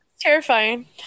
terrifying